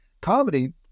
Comedy